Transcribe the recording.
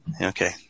Okay